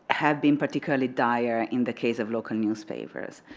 have been particularly dire in the case of local newspapers.